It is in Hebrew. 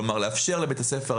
כלומר לאפשר לבית הספר,